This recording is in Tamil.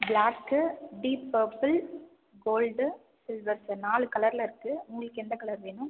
black deep purple gold silver sir நாலு கலரில் இருக்கு உங்களுக்கு எந்த கலர் வேணும்